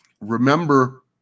remember